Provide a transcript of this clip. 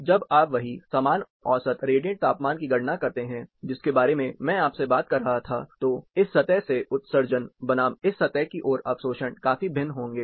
जब आप वही समान औसत रेडिएंट तापमान की गणना करते हैं जिसके बारे में मैं आपसे बात कर रहा था तो इस सतह से उत्सर्जन बनाम इस सतह की ओर अवशोषण काफी भिन्न होंगे